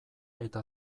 eta